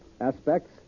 aspects